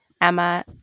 Emma